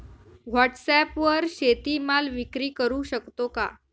व्हॉटसॲपवर शेती माल विक्री करु शकतो का?